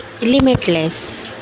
limitless